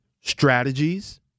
strategies